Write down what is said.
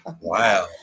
Wow